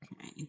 Okay